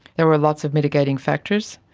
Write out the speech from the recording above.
there were lots of mitigating factors,